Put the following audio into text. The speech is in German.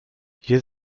hier